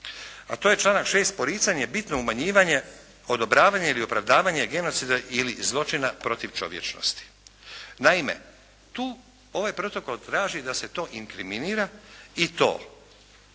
A to je članak 6. poricanje i bitno umanjivanje, odobravanje ili opravdavanje genocida ili zločina protiv čovječnosti. Naime, tu ovaj protokol traži da se to inkriminira i to